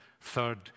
third